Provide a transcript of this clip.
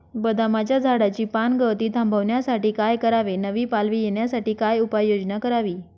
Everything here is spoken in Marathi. बदामाच्या झाडाची पानगळती थांबवण्यासाठी काय करावे? नवी पालवी येण्यासाठी काय उपाययोजना करावी?